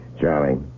Charlie